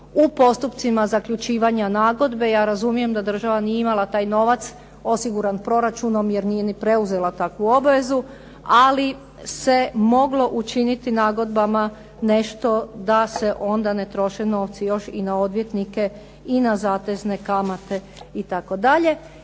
u postupcima zaključivanja nagodbe. Ja razumijem da država nije imala taj novac osiguran proračunom, jer nije ni preuzela takvu obvezu, ali se moglo učiniti nagodbama nešto da se onda ne troše novci još i na odvjetnike i na zatezne kamate, itd.